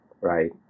right